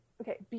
Okay